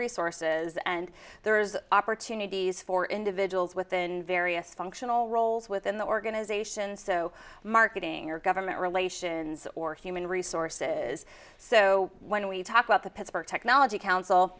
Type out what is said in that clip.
resources and there's opportunities for individuals within various functional roles within the organization so marketing or government relations or human resources so when we talk about the pittsburgh technology coun